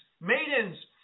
maidens